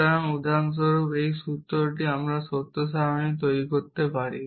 সুতরাং উদাহরণস্বরূপ এই সূত্রটি আমরা সত্য সারণী তৈরি করতে পারি